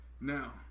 Now